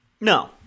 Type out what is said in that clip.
no